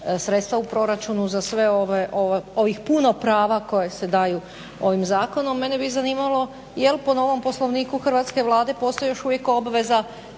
sredstva u proračunu za sve ovih puno prava koja se daju ovim zakonom. Mene bi zanimalo jel' po novom Poslovniku hrvatske Vlade postoji još uvijek obveza